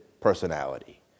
personality